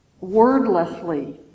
wordlessly